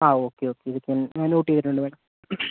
ആ okay okay ഇപ്പം ഞാൻ നോട്ട് ചെയ്തിട്ടുണ്ട് മാം